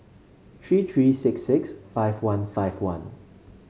three three six six five one five one